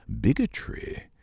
bigotry